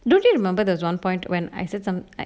do you think you remember there was one point when I said some like